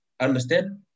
understand